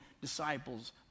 disciples